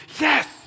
Yes